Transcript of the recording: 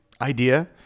idea